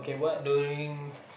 during